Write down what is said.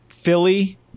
Philly